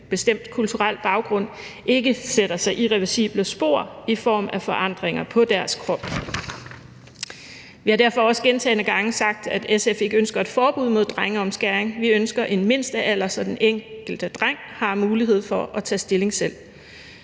bestemt kulturel baggrund – ikke sætter sig irreversible spor i form af forandringer på deres krop. Vi har derfor også gentagne gange sagt, at SF ikke ønsker et forbud mod drengeomskæring; vi ønsker en mindstealder, så den enkelte dreng har mulighed for at tage stilling selv.